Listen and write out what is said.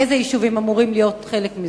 אילו יישובים אמורים להיות חלק מזה?